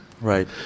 Right